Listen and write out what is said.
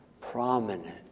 prominent